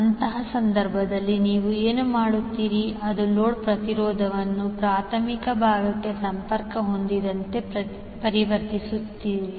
ಅಂತಹ ಸಂದರ್ಭದಲ್ಲಿ ನೀವು ಏನು ಮಾಡುತ್ತೀರಿ ಅದು ಲೋಡ್ ಪ್ರತಿರೋಧವನ್ನು ಪ್ರಾಥಮಿಕ ಭಾಗಕ್ಕೆ ಸಂಪರ್ಕ ಹೊಂದಿದಂತೆ ಪರಿವರ್ತಿಸುತ್ತದೆ